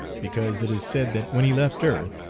because it is said that when he left earth,